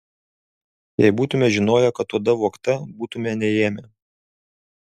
jei būtume žinoję kad oda vogta būtume neėmę